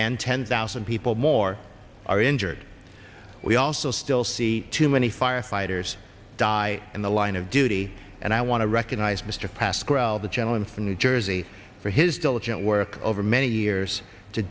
and ten thousand people more are injured we also still see too many firefighters die in the line of duty and i want to recognize mr pascrell the gentleman from new jersey for his diligent work over many years to